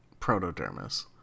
protodermis